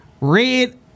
Red